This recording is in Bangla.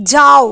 যাও